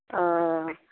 अह